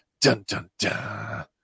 Dun-dun-dun